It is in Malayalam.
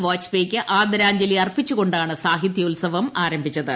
വാജ്പേയ്ക്ക് ആദരാഞ്ജലി അർപ്പിച്ച് കൊണ്ടാണ് സാഹിത്യോത്സവം ആരംഭിച്ചത്